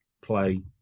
play